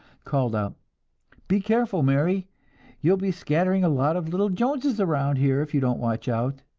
called out be careful, mary you'll be scattering a lot of little joneses around here if you don't watch out!